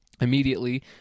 immediately